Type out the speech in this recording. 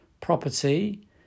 Property